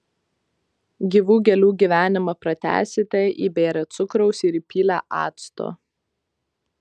gyvų gėlių gyvenimą pratęsite įbėrę cukraus ir įpylę acto